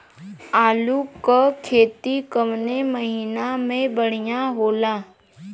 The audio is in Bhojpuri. आलू क खेती कवने महीना में बढ़ियां होला?